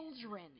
children